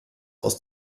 aus